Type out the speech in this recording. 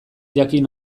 jakin